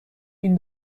این